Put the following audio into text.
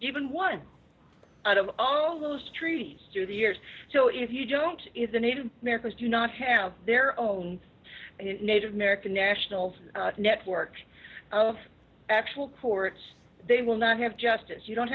even one out of all those treaties through the years so if you don't if the native americans do not have their own native american national network of actual ports they will not have justice you don't